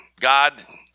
God